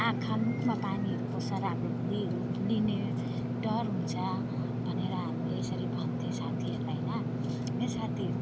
आँखा मुखमा पानीहरू पस्छ र हाम्रो भुडीहरू फुल्लिने डर हुन्छ भनेर हामीले यसरी भन्थेँ साथीहरूलाई होइन हेर साथी